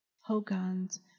hogan's